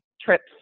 trips